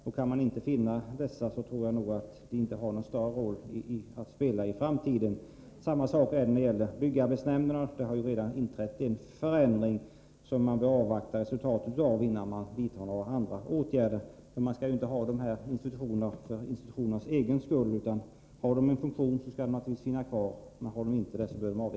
Om man inte kan finna meningsfulla arbetsupp gifter, kommer distriktsarbetsnämnderna inte att spela någon större roll i framtiden. Samma sak gäller byggarbetsnämnderna. En förändring har ju redan inträffat, och vi bör avvakta resultatet av denna, innan vi vidtar några andra åtgärder. Vi skall ju inte ha dessa institutioner för deras egen skull. Fyller de en funktion skall de naturligtvis finnas kvar, men gör de inte det bör de avvecklas.